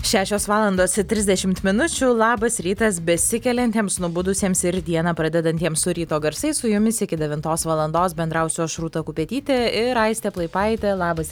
šešios valandos trisdešimt minučių labas rytas besikeliantiems nubudusiems ir dieną pradedantiems su ryto garsai su jumis iki devintos valandos bendrausiu aš rūta kupetytė ir aistė plaipaitė labas